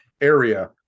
area